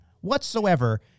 whatsoever